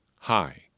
high